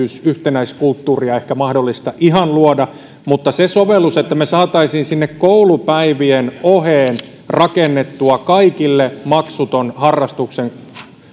yhtenäiskulttuuria mahdollista luoda mutta se sovellus että me saisimme sinne koulupäivien oheen rakennettua kaikille maksuttoman harrastuksen